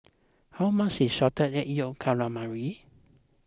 how much is Salted Egg Yolk Calamari